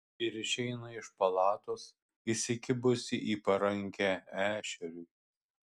ir išeina iš palatos įsikibusi į parankę ešeriui